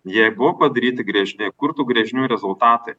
jei buvo padaryti gręžiniai kur tų gręžinių rezultatai